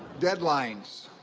deadlines